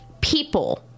people